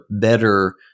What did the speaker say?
better